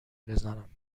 بزنم